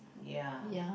ya